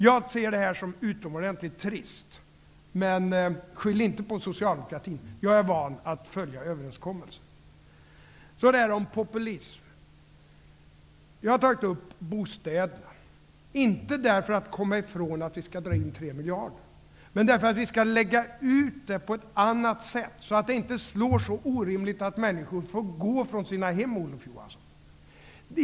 Jag ser detta såsom utomordentligt trist, men skyll inte det på socialdemokratin. Jag är van att följa överenskommelser. Så till detta om populism. Jag tog upp frågan om bostäderna, inte för att komma ifrån att vi måste dra in 3 miljarder kronor utan för att vi skall lägga ut besparingarna på ett annat sätt så att de inte slår så orimligt att människor får gå ifrån sina hem.